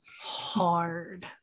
hard